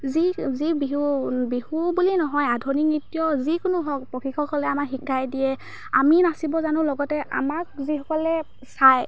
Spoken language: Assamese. যি যি বিহু বিহু বুলি নহয় আধুনিক নৃত্য যিকোনো হওক প্ৰশিক্ষকসকলে আমাক শিকাই দিয়ে আমি নাচিব জানো লগতে আমাক যিসকলে চায়